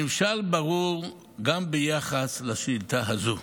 הנמשל ברור גם ביחס לשאילתה הזו.